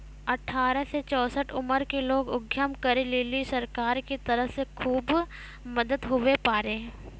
अठारह से चौसठ उमर के लोग उद्यम करै लेली सरकार के तरफ से खुब मदद हुवै पारै